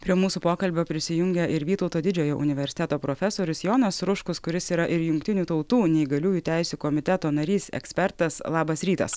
prie mūsų pokalbio prisijungia ir vytauto didžiojo universiteto profesorius jonas ruškus kuris yra ir jungtinių tautų neįgaliųjų teisių komiteto narys ekspertas labas rytas